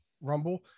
Rumble